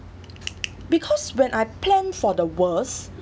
because when I plan for the worst